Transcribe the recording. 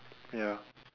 ya